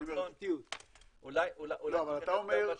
אני רוצה